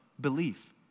belief